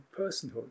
personhood